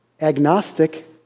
agnostic